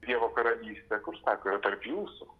dievo karalystė kur sako yra tarp jūsų